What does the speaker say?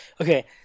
Okay